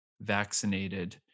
vaccinated